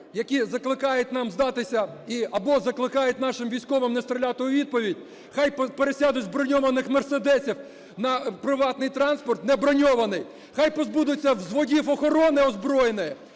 які закликають нас здатися або закликають наших військових не стріляти у відповідь, хай пересядуть з броньованих мерседесів на приватний транспорт неброньований, хай позбудуться взводів охорони озброєної